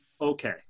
okay